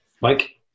Mike